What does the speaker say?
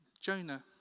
Jonah